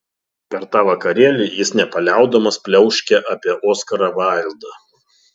per tą vakarėlį jis nepaliaudamas pliauškė apie oskarą vaildą